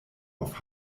auf